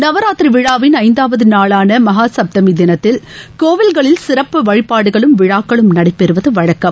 நவராத்திரி விழாவின் ஐந்தாவது நாளான மகாசப்தமி தினத்தில் கோவில்களில் சிறப்பு வழிபாடுகளும் விழாக்களும் நடைபெறுவது வழக்கம்